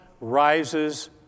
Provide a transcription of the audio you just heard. rises